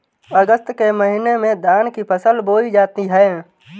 अगस्त के महीने में धान की फसल बोई जाती हैं